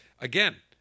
again